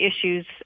issues